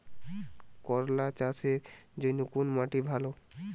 করলা চাষের জন্য কোন মাটি ভালো?